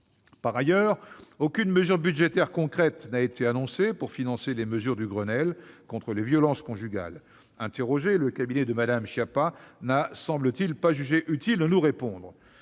Par ailleurs, aucune mesure budgétaire concrète n'a été annoncée pour financer les mesures du Grenelle contre les violences conjugales. Interrogé, le cabinet de Mme Schiappa n'a, semble-t-il, pas jugé utile de nous répondre.